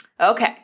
Okay